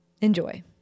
Enjoy